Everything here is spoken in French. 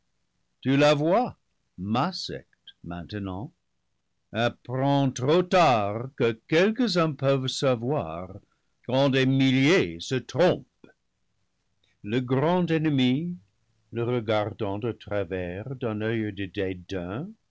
tu la vois ma secte maintenant apprends trop tard que quelques-uns peuvent savoir quand des milliers se trom pent le grand ennemi le regardant de travers d'un oeil de